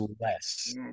less